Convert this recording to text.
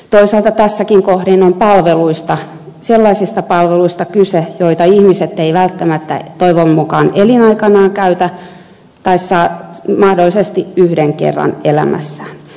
toisaalta tässäkin kohdin on kyse sellaisista palveluista joita ihmiset eivät välttämättä toivon mukaan elinaikanaan käytä tai käyttävät mahdollisesti yhden kerran elämässään